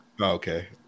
Okay